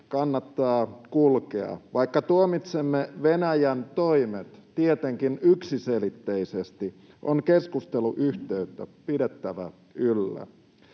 kannattaa kulkea. Vaikka tuomitsemme Venäjän toimet tietenkin yksiselitteisesti, on keskusteluyhteyttä pidettävä yllä.